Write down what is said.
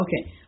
okay